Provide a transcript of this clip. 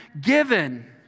given